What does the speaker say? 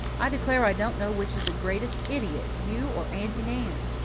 i declare i don't know which is the greatest idiot, you or aunty nan!